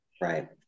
Right